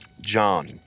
John